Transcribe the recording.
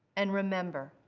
and remember.